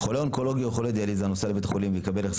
"חולה אונקולוגי או חולה דיאליזה הנוסע לטיפול בבית חולים יקבל החזר